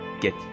get